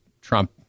Trump